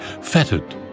fettered